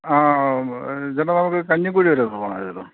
ആ ജെന നമുക്ക് കഞ്ഞിക്കുഴി വരെ ഒന്ന് പോവണമായിരുന്നു